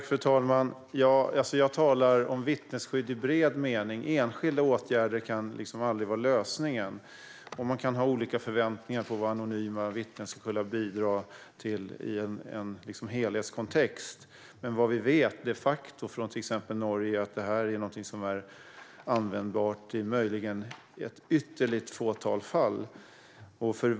Fru talman! Jag talar om vittnesskydd i bred mening. Enskilda åtgärder kan aldrig vara lösningen. Man kan ha olika förväntningar på vad anonyma vittnen ska kunna bidra med i en helhetskontext. Men det vi faktiskt vet, från till exempel Norge, är att det här möjligen är användbart i ett ytterst fåtal fall.